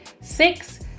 Six